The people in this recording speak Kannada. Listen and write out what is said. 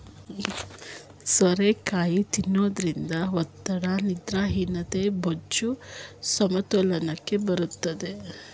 ಸೋರೆಕಾಯಿ ತಿನ್ನೋದ್ರಿಂದ ಒತ್ತಡ, ನಿದ್ರಾಹೀನತೆ, ಬೊಜ್ಜು, ಸಮತೋಲನಕ್ಕೆ ಬರುತ್ತದೆ